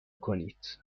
کنید